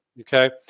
Okay